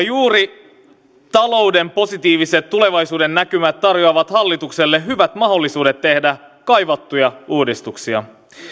juuri talouden positiiviset tulevaisuudennäkymät tarjoavat hallitukselle hyvät mahdollisuudet tehdä kaivattuja uudistuksia